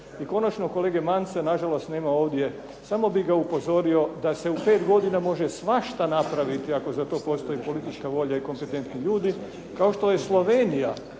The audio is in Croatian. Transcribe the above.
I konačno kolege Mance na žalost nema ovdje, samo bih ga upozorio da se u pet godina može svašta napraviti ako za to postoji politička volja i kompetentni ljudi kao što je Slovenija